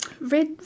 Red